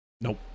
Nope